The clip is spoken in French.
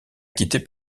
quitter